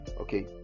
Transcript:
okay